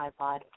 iPod